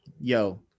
yo